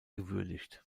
gewürdigt